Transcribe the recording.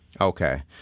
Okay